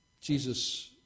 Jesus